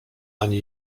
ani